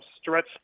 stretch